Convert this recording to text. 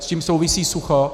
S tím souvisí sucho.